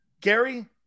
Gary